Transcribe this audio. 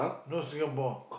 no Singapore